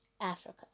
Africa